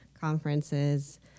conferences